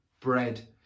Bread